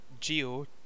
geo